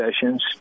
sessions